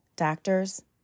Doctors